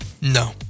No